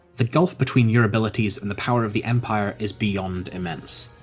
the gulf between your abilities and the power of the empire is beyond immense.